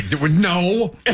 No